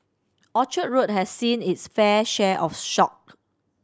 Orchard Road has seen it's fair share of shock